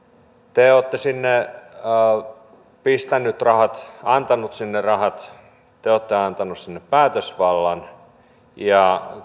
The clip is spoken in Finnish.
te olette sinne pistäneet rahat antaneet sinne rahat te olette antaneet sinne päätösvallan ja